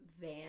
van